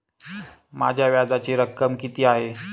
माझ्या व्याजाची रक्कम किती आहे?